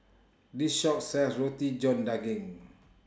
This Shop sells Roti John Daging